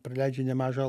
praleidžia nemažą